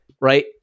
right